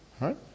right